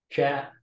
Chat